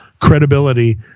credibility